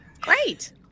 great